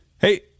Hey